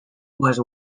was